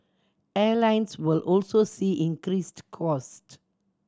airlines will also see increased cost